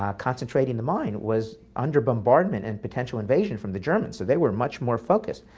ah concentrating the mind, was under bombardment and potential invasion from the germans. so they were much more focused.